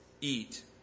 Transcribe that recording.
eat